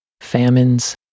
Famines